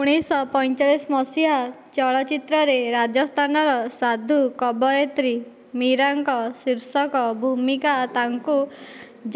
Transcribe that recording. ଊଣାଇଶଶହ ପଞ୍ଚଚାଳିଶ ମସିହା ଚଳଚ୍ଚିତ୍ରରେ ରାଜସ୍ଥାନର ସାଧୁ କବୟିତ୍ରୀ ମୀରାଙ୍କ ଶୀର୍ଷକ ଭୂମିକା ତାଙ୍କୁ